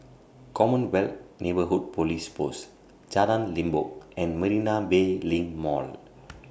Commonwealth Neighbourhood Police Post Jalan Limbok and Marina Bay LINK Mall